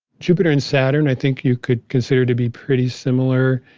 jupiter and saturn, i think you could consider to be pretty similar.